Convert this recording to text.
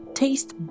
taste